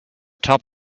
top